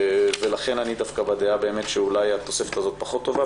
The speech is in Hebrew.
לכן אני דווקא בדעה שאולי התוספת הזאת פחות טובה,